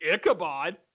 Ichabod